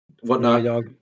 whatnot